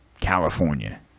California